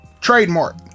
Trademark